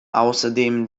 außerdem